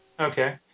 Okay